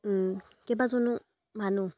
কেইবাজনো মানুহ